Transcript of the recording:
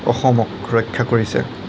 অসমক ৰক্ষা কৰিছে